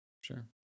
Sure